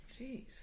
Jeez